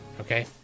okay